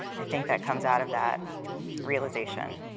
i think, that comes out of that realization.